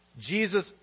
Jesus